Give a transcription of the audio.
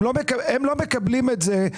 הם מביאים לאגף התקציבים את ההחלטות.